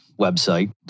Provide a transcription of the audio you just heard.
website